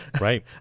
Right